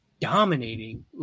dominating